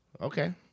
Okay